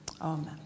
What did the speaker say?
Amen